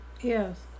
Yes